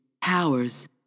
powers